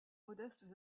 modestes